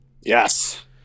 Yes